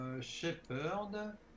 shepherd